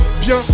Bien